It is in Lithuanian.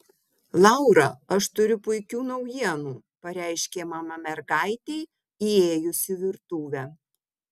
laura aš turiu puikių naujienų pareiškė mama mergaitei įėjus į virtuvę